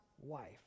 wife